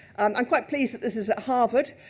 um i'm quite pleased that this is at harvard,